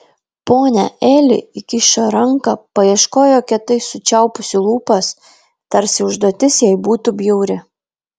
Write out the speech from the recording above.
ponia eli įkišo ranką paieškojo kietai sučiaupusi lūpas tarsi užduotis jai būtų bjauri